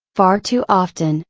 far too often,